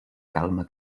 calma